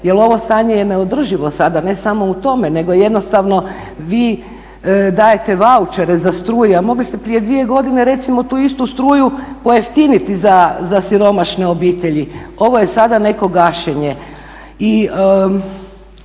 jer ovo stanje je neodrživo sada ne samo u tome nego jednostavno vi dajte vaučere za struju a mogli ste prije 2 godine recimo tu istu struju pojeftiniti za siromašne obitelji. Ovo je sada neko gašenje.